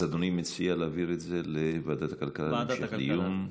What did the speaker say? אז אדוני מציע להעביר את זה לוועדת הכלכלה להמשך דיון.